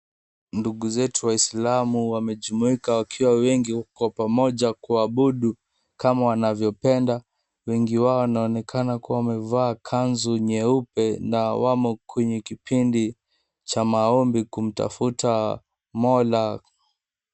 Ndugu zetu waislamu wamejumuika kwa pamoja kuabudu kama wanavyopenda. Wengi wao wanaonekana wamevaa kanzu nyeupe na wamo kwenye kipindi cha maombi kumtafuta mola.